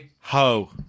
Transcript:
Ho